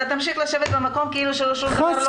אתה תמשיך לשבת במקום כאילו ששום דבר לא קורה?